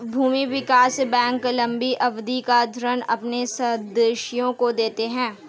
भूमि विकास बैंक लम्बी अवधि का ऋण अपने सदस्यों को देता है